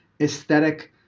aesthetic